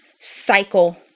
cycle